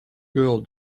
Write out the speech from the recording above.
girl